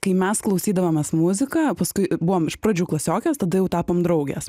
kai mes klausydavomės muziką paskui buvom iš pradžių klasiokės tada jau tapom draugės